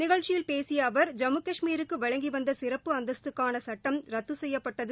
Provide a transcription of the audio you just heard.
நிகழ்ச்சியில் பேசிய அவர் ஜம்மு கஷ்மீருக்கு வழங்கி வந்த சிறப்பு அந்தஸ்துக்கான சட்டம் ரத்து செய்யப்பட்டது